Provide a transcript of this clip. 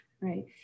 right